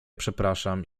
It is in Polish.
przepraszam